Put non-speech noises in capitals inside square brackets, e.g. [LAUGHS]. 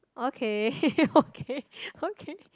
okay [LAUGHS] okay [LAUGHS] okay